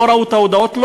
לא ראו את ההודעות,